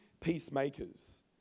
peacemakers